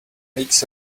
makes